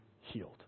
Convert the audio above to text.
healed